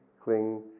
cling